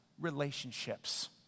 relationships